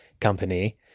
company